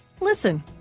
Listen